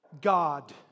God